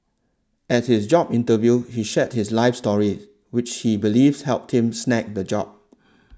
at his job interview he shared his life story which he believes helped him snag the job